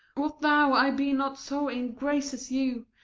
what though i be not so in grace as you,